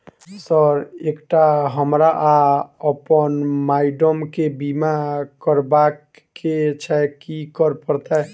Sir एकटा हमरा आ अप्पन माइडम केँ बीमा करबाक केँ छैय की करऽ परतै?